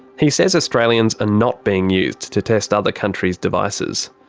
he says australians are not being used to test other countries' devices.